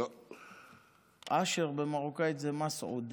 אשר במרוקאית זה מסעוד.